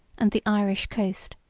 and the irish coast.